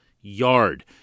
yard